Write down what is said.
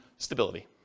Stability